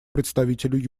представителю